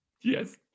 Yes